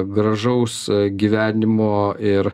gražaus gyvenimo ir